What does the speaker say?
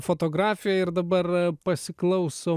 fotografija ir dabar pasiklauso